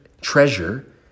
treasure